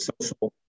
social